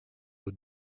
aux